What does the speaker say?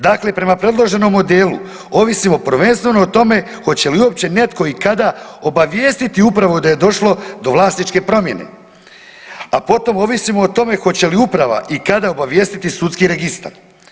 Dakle, prema predloženom modelu ovisimo prvenstveno o tome hoće li uopće netko i kada obavijestiti upravo da je došlo do vlasničke promjene, a potom ovisimo o tome hoće li uprava i kada obavijestiti sudski registar.